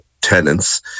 tenants